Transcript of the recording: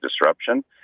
disruption